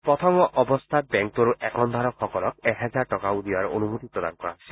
প্ৰথম অৱস্থাত বেংকটোৰ একাউণ্টধাৰক সকলক এহেজাৰ টকা উলিওৱাৰ অনুমতি প্ৰদান কৰা হৈছিল